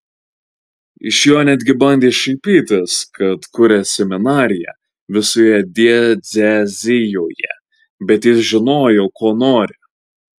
iš jo netgi bandė šaipytis kad kuria seminariją visoje diecezijoje bet jis žinojo ko nori